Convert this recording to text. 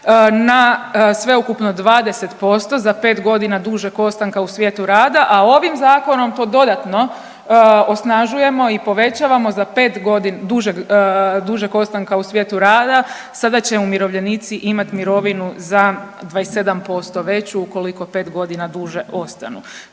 na sveukupno 20% za 5 godina dužeg ostanka u svijetu rada, a ovim zakonom to dodatno osnažujemo i povećamo za 5 godina dužeg ostanka u svijetu rada sada će umirovljenici imati mirovinu za 27% veću ukoliko 5 godina duže ostanu.